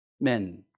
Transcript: men